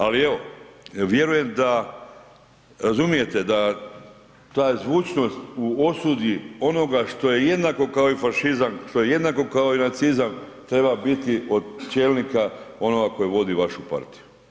Ali evo, vjerujem da, razumijete da, ta zvučnost u osudi onoga što je jednako kao i fašizam, što je jednako kao i nacizam, treba biti od čelnika onoga koji vodi vašu partiju.